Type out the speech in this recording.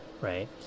right